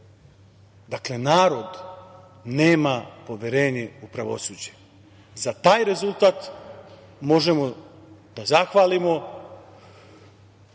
diše narod, nemaju poverenje u pravosuđe. Za taj rezultat možemo da zahvalimo